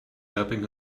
helping